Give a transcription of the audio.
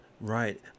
Right